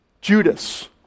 Judas